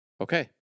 okay